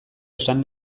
esan